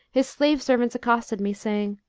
his slave-servants accosted me, saying,